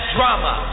Drama